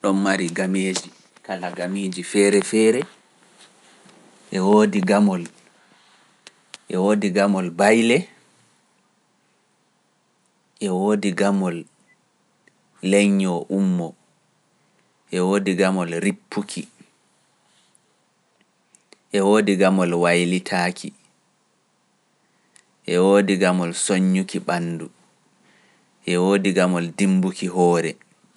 Ɗon mari gameeji, kala gameeji feere-feere, e woodi gamol, e woodi gamol bayle, e woodi gamol lennyoo-ummoo, e woodi gamol rippuki, e woodi gamol waylitaaki, e woodi gamol sonnyuki ɓanndu e e woodi gamol dimmbuki hoore